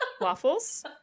waffles